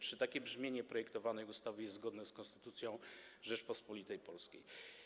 Czy takie brzmienie projektowanej ustawy jest zgodne z Konstytucją Rzeczypospolitej Polskiej?